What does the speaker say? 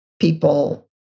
people